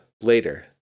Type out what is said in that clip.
later